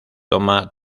toma